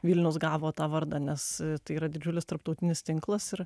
vilnius gavo tą vardą nes tai yra didžiulis tarptautinis tinklas ir